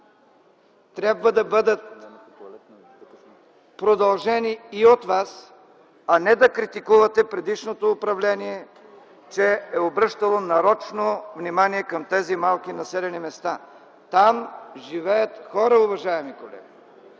трябва да бъдат продължени и от вас, а не да критикувате предишното управление, че е обръщало нарочно внимание към тези малки населени места. Там живеят хора, уважаеми колеги!